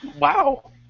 Wow